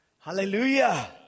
Hallelujah